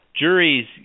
juries